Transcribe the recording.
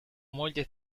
moglie